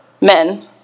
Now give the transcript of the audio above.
men